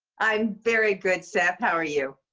i'm very good, seth. how are you?